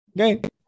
okay